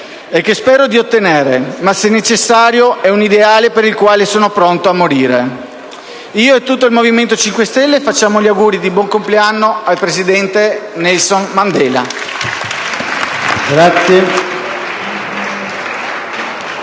e che spero di ottenere, ma, se necessario, è un ideale per il quale sono pronto a morire». Io e tutto il Movimento 5 Stelle facciamo gli auguri di buon compleanno al presidente Nelson Mandela.